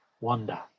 wonder